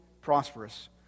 prosperous